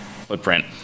footprint